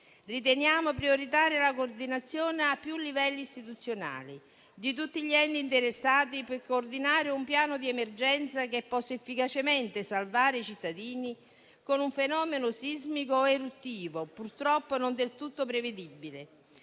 Riteniamo prioritaria la coordinazione a più livelli istituzionali di tutti gli enti interessati per coordinare un piano di emergenza che possa efficacemente salvare i cittadini da un fenomeno sismico o eruttivo purtroppo non del tutto prevedibile.